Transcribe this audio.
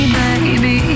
baby